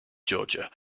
georgia